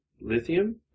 lithium